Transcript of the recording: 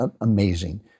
amazing